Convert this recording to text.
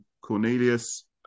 Cornelius